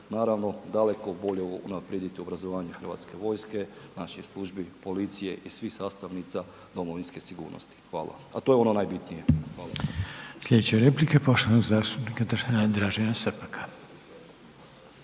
naravno daleko bolje unaprijediti obrazovanje hrvatske vojske, naših službi, policije i svih sastavnica domovinske sigurnosti, a to je ono najbitnije. Hvala. **Reiner, Željko (HDZ)** Slijedeća replika je poštovanog zastupnika Dražena Srpaka.